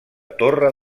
torre